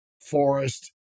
forest